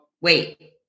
wait